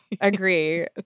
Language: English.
agree